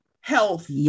health